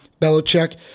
Belichick